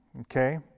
Okay